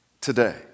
today